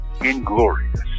inglorious